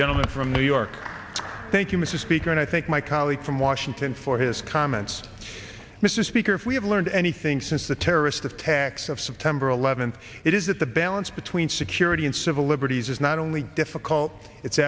gentleman from new york thank you mr speaker and i think my colleague from washington for his comments mr speaker if we have learned anything since the terrorist attacks of september eleventh it is that the balance between security and civil liberties is not only difficult it's